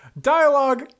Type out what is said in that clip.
dialogue